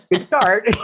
start